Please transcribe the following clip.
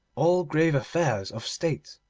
all grave affairs of state